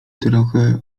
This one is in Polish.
trochę